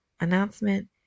announcement